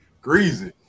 Greasy